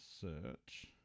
Search